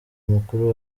mukuru